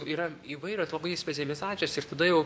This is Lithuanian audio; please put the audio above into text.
yra įvairios labai specializacijos ir tada jau